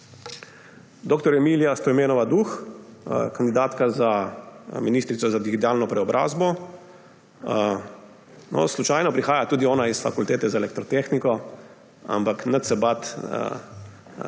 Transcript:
Dr. Emilija Stojmenova Duh, kandidatka za ministrico za digitalno preobrazbo. Slučajno prihaja tudi ona s Fakultete za elektrotehniko, ampak nič se bati,